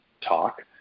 talk